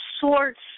sorts